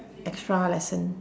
extra lesson